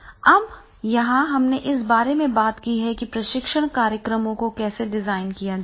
अब यहां हमने इस बारे में बात की है कि प्रशिक्षण कार्यक्रमों को कैसे डिजाइन किया जाए